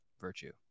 virtue